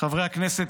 חברי הכנסת,